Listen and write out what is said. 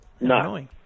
No